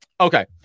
Okay